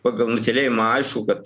pagal nutylėjimą aišku kad